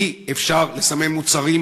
אי-אפשר לסמן מוצרים,